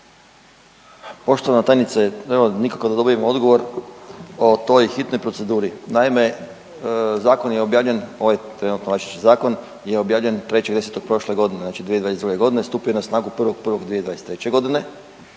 Poštovana tajnice, evo nikako da dobijem odgovor o toj hitnoj proceduri. Naime, zakon je objavljen ovaj trenutno važeći zakon je objavljen 3.10. prošle godine, znači 2022. godine, stupio je na snagu 1.1.2023. godine.